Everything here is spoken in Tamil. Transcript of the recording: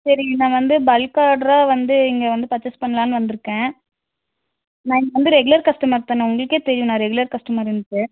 சரி நான் வந்து பல்க் ஆட்ராக வந்து இங்கே வந்து பர்ச்சஸ் பண்ணலான்னு வந்துருக்கேன் நாங்கள் வந்து ரெகுலர் கஸ்டமர் தானே உங்களுக்கே தெரியும் நான் ரெகுலர் கஸ்டமருன்ட்டு